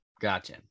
Gotcha